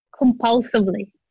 compulsively